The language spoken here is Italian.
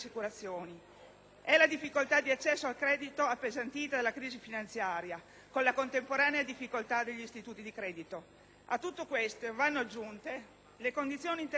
È la difficoltà di accesso al credito, appesantita dalla crisi finanziaria, con la contemporanea difficoltà degli istituti di credito. A tutto ciò vanno aggiunte le condizioni internazionali